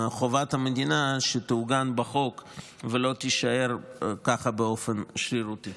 מחובת המדינה שתעוגן בחוק ולא תישאר ככה באופן שרירותי.